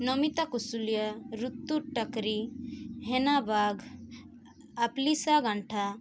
Namita Kushulia Ritu Takari Hena Bag Aplisa Gantha